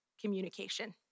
communication